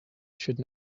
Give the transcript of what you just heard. should